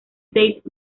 seis